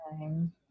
time